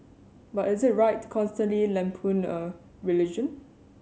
but is it right constantly lampoon a religion